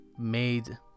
made